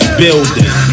building